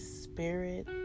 spirit